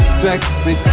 sexy